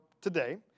today